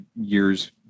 years